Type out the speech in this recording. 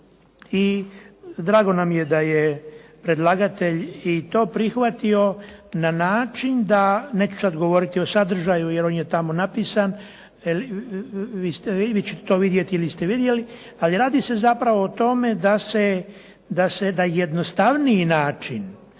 i drago nam je da je predlagatelj i to prihvatio na način da, neću sad govoriti o sadržaju jer on je tamo napisan, vi ćete to vidjeti ili ste vidjeli, ali radi se zapravo o tome da jednostavniji način